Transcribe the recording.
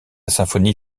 symphonie